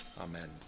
Amen